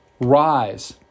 rise